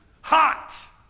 Hot